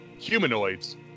Humanoids